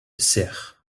seħħ